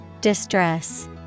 Distress